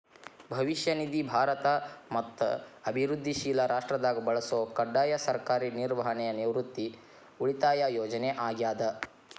ಭವಿಷ್ಯ ನಿಧಿ ಭಾರತ ಮತ್ತ ಅಭಿವೃದ್ಧಿಶೇಲ ರಾಷ್ಟ್ರದಾಗ ಬಳಸೊ ಕಡ್ಡಾಯ ಸರ್ಕಾರಿ ನಿರ್ವಹಣೆಯ ನಿವೃತ್ತಿ ಉಳಿತಾಯ ಯೋಜನೆ ಆಗ್ಯಾದ